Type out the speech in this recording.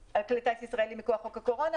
כלי טיס ישראלים מכוח חוק הקורונה,